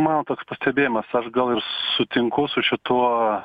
mano toks pastebėjimas aš gal ir sutinku su šituo